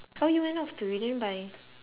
how you went off you didn't buy